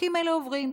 החוקים האלה עוברים.